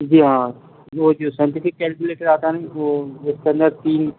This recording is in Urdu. جی ہاں وہ جو سائینٹیفک کیلکولیٹر آتا ہے نا وہ جس کے اندر تین